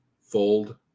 fold